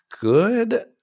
good